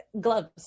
gloves